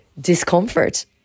discomfort